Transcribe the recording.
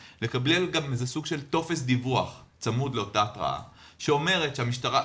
זה איזה סוג של טופס דיווח צמוד לאותה התרעה שרשום